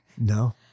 No